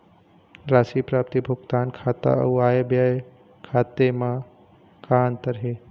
राशि प्राप्ति भुगतान खाता अऊ आय व्यय खाते म का अंतर हे?